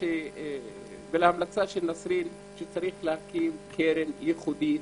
ולהמלצת נסרין, שיש להקים קרן ייחודית